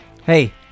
Hey